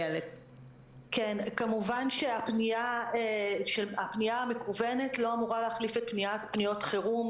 כמובן שהפנייה המקוונת לא אמורה להחליף פניות חירום,